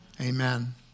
amen